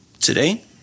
today